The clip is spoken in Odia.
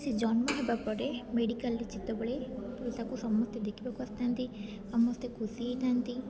ସେ ଜନ୍ମହେବା ପରେ ମେଡ଼ିକାଲ୍ରେ ଯେତେବେଳେ ତାକୁ ସମସ୍ତେ ଦେଖିବାକୁ ଆସିଥାନ୍ତି ସମସ୍ତେ ଖୁସି ହୋଇଥାନ୍ତି